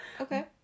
Okay